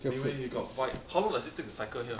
anyway you got bike how long does it take to cycle here